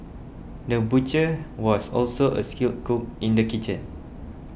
the butcher was also a skilled cook in the kitchen